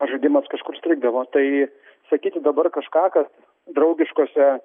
žaidimas kažkur strigdavo tai sakyti dabar kažką kad draugiškose